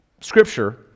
Scripture